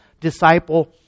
disciple